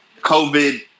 COVID